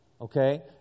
okay